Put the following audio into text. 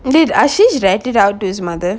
and it actually rented out to his mother